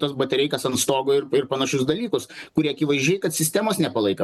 tas batareikas ant stogo ir ir panašius dalykus kurie akivaizdžiai kad sistemos nepalaiko